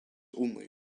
only